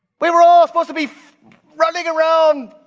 we were all supposed to be running around,